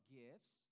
gifts